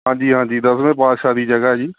ਹਾਂਜੀ ਹਾਂਜੀ ਦਸਵੇਂ ਪਾਤਸ਼ਾਹ ਦੀ ਜਗ੍ਹਾ ਜੀ